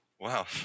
Wow